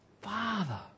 father